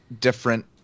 different